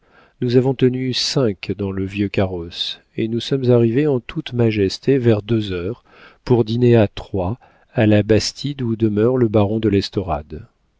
nous avons tenu cinq dans le vieux carrosse et nous sommes arrivés en toute majesté vers deux heures pour dîner à trois à la bastide où demeure le baron de l'estorade